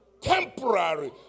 temporary